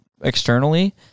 externally